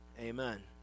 amen